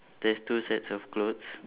there's two sets of clothes